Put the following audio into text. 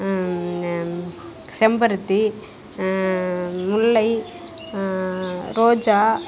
செம்பருத்தி முல்லை ரோஜா